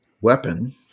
Weapon